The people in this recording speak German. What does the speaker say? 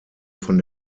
von